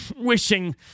wishing